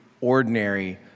ordinary